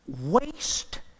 Waste